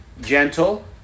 gentle